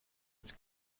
its